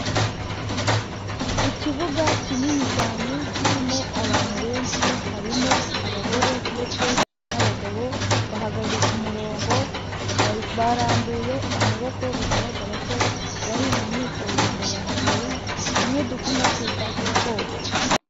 Ikibuga kinini cyane, kirimo abantu benshi harimo abagore ndetse n'abagabo, bahagaze ku murongo barambuye amaboko, bigaragara ko bari mu myitozo ngororamubiri imwe dukunda kwita siporo.